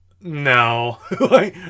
no